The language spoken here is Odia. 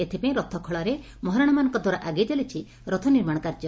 ଏଥପାଇଁ ରଥ ଖଳାରେ ମହାରଣା ମାନଙ୍କ ଦ୍ୱାରା ଆଗେଇ ଚାଲିଛି ରଥ ନିର୍ମାଶ କାର୍ଯ୍ୟ